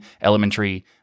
elementary